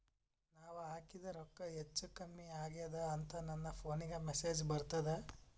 ನಾವ ಹಾಕಿದ ರೊಕ್ಕ ಹೆಚ್ಚು, ಕಮ್ಮಿ ಆಗೆದ ಅಂತ ನನ ಫೋನಿಗ ಮೆಸೇಜ್ ಬರ್ತದ?